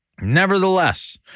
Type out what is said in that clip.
Nevertheless